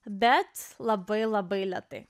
bet labai labai lėtai